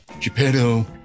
Geppetto